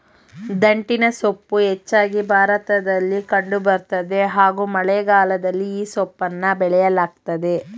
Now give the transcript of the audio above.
ದಂಟಿನಸೊಪ್ಪು ಹೆಚ್ಚಾಗಿ ಭಾರತದಲ್ಲಿ ಕಂಡು ಬರ್ತದೆ ಹಾಗೂ ಮಳೆಗಾಲದಲ್ಲಿ ಈ ಸೊಪ್ಪನ್ನ ಬೆಳೆಯಲಾಗ್ತದೆ